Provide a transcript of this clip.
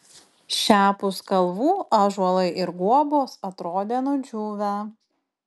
šiapus kalvų ąžuolai ir guobos atrodė nudžiūvę